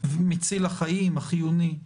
מציל החיים, החיוני,